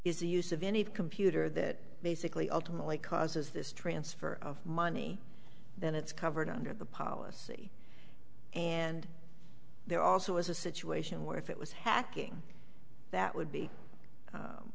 is the use of any computer that basically ultimately causes this transfer of money then it's covered under the policy and there also is a situation where if it was hacking that would be